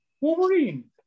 Wolverine